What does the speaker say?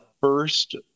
first